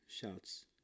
shouts